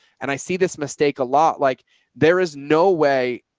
and i see this mistake a lot. like there is no way.